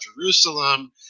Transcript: Jerusalem